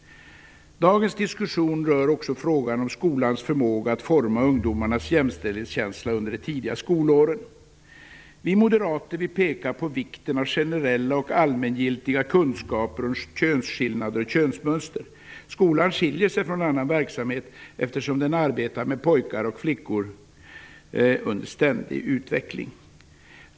Dagens diskussion rör också frågan om skolans förmåga att forma ungdomarnas jämställdhetskänsla under de tidiga skolåren. Vi moderater vill peka på vikten av generella och allmängiltiga kunskaper om könsskillnader och könsmönster. Skolan skiljer sig från annan verksamhet eftersom den arbetar med pojkar och flickor under ständig utveckling.